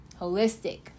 holistic